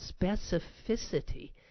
specificity